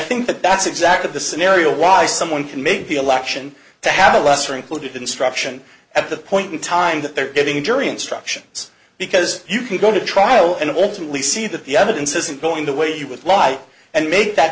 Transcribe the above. think that that's exactly the scenario why someone can make the election to have a lesser included instruction at the point in time that they're getting jury instructions because you can go to trial and ultimately see that the evidence isn't going to weigh you with light and make that